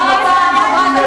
חברת הכנסת